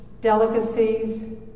Delicacies